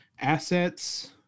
assets